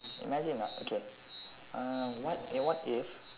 imagine ah okay uh what if what if